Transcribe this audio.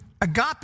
agape